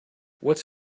what’s